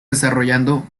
desarrollando